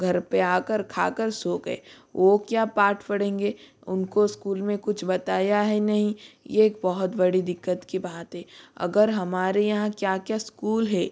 घर पर आ कर खा कर सो गए वो क्या पाठ पढ़ेंगे उनको इस्कूल में कुछ बताया है नहीं ये एक बहुत बड़ी दिक्कत की बात है अगर हमारे यहाँ क्या क्या इस्कूल है